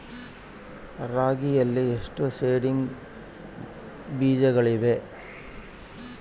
ರಾಗಿಯಲ್ಲಿ ಎಷ್ಟು ಸೇಡಿಂಗ್ ಬೇಜಗಳಿವೆ?